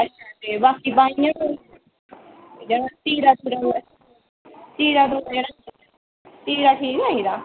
अच्छा ते बाकी बाकी तीरा ठीक आई गेदा